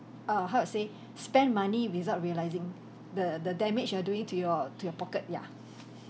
err how to say spend money without realising the the damage you are doing to your to your pocket yeah